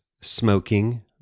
smoking